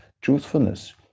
truthfulness